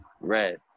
Red